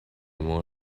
more